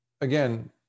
again